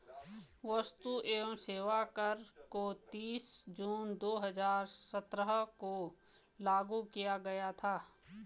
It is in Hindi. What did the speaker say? वस्तु एवं सेवा कर को तीस जून दो हजार सत्रह को लागू किया गया था